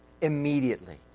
immediately